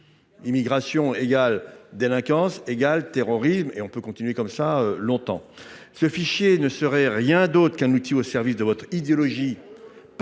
immigration égale délinquance égale terrorisme ! On pourrait continuer longtemps comme cela… Ce fichier ne sera rien d’autre qu’un outil au service de votre idéologie